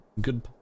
good